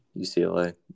UCLA